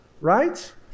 right